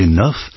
Enough